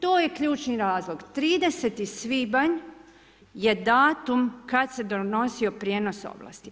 To je ključni razlog, 30. svibanj je datum kad se donosio prijenos ovlasti.